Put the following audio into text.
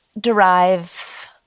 derive